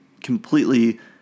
completely